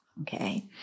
Okay